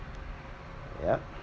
yeah